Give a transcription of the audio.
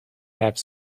have